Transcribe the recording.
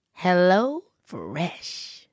HelloFresh